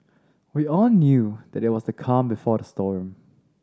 we all knew that it was the calm before the storm